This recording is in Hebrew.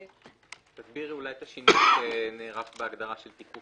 תסבירי אולי את השינוי שנערך בהגדרה "תיקוף